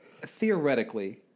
theoretically